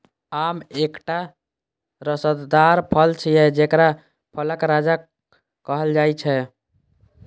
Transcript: आम एकटा रसदार फल छियै, जेकरा फलक राजा कहल जाइ छै